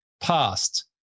past